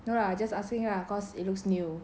no lah just asking lah cause it looks new ya